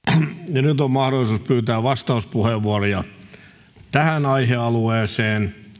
nyt on mahdollisuus pyytää vastauspuheenvuoroja tähän aihealueeseen